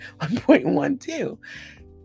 1.12